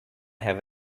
have